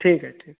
ठीक है ठीक है